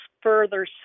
further